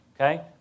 okay